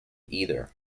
either